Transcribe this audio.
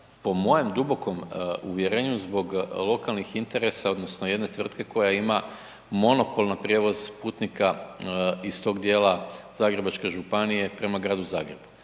po mojem dubokom uvjernju zbog lokalnih interesa odnosno jedne tvrtke koja ima monopol na prijevoz putnika iz tog dijela Zagrebačke županije prema Gradu Zagrebu,